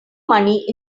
money